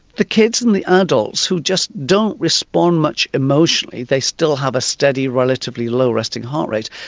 the kids and the adults who just don't respond much emotionally, they still have a steady, relatively low resting heart rate,